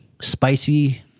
spicy